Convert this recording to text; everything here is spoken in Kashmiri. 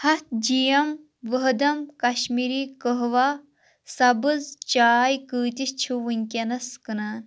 ہَتھ جی ایم ؤہدم کشمیٖری قہوا سبٕز چاے کٍتِس چھِ وُنکٮ۪نَس کٕنان